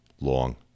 long